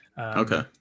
Okay